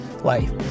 life